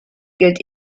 gilt